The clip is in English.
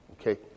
Okay